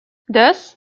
thus